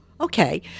okay